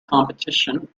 competition